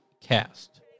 Cast